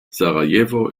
sarajevo